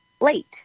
late